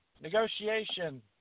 negotiation